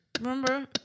Remember